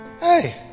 hey